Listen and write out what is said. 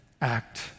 act